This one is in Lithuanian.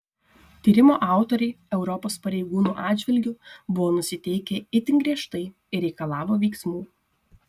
tyrimo autoriai europos pareigūnų atžvilgiu buvo nusiteikę itin griežtai ir reikalavo veiksmų